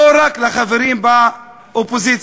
לא רק לחברים באופוזיציה,